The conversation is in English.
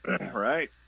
Right